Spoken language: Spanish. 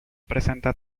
presenta